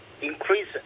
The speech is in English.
increase